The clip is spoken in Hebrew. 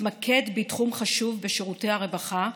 אתמקד בתחום חשוב בשירותי הרווחה: